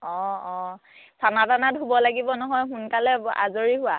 অঁ অঁ চানা তানা ধুব লাগিব নহয় সোনকালে আজৰি হোৱা